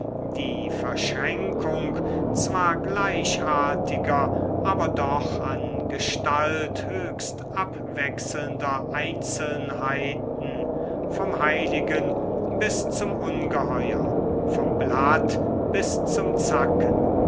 die verschränkung zwar gleichartiger aber doch an gestalt höchst abwechselnder einzelnheiten vom heiligen bis zum ungeheuer vom blatt bis zum zacken